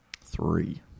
Three